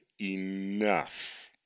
enough